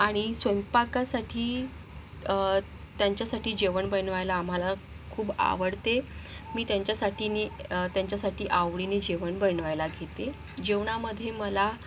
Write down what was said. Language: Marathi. आणि स्वयंपाकासाठी त्यांच्यासाठी जेवण बनवायला आम्हाला खूप आवडते मी त्यांच्यासाठी मी त्यांच्यासाठी आवडीने जेवण बनवायला घेते जेवणामध्ये मला